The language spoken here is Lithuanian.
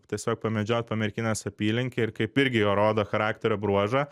tiesiog pamedžiot po merkinės apylinkę ir kaip irgi jo rodo charakterio bruožą